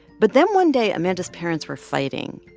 but then one day, amanda's parents were fighting,